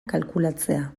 kalkulatzea